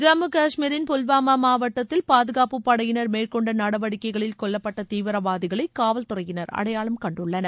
ஜம்மு கஷ்மீரின் புல்வாமா மாவட்டத்தில் பாதுகாப்பு படையினர் மேற்கொண்ட நடவடிக்கைகளில் கொல்லப்பட்ட தீவிரவாதிகளை காவல்துறையினர் அடையாளம் கண்டுள்ளனர்